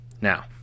Now